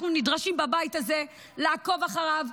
אנחנו נדרשים בבית הזה לעקוב אחריו,